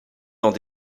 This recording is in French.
dans